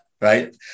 right